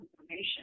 information